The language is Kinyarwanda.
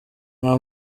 nta